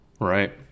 Right